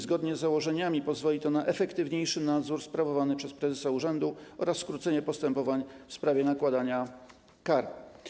Zgodnie z założeniami pozwoli to na efektywniejszy nadzór sprawowany przez prezesa urzędu oraz skrócenie postępowań w sprawie nakładania kar.